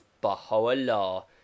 Baha'u'llah